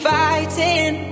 fighting